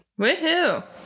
Woohoo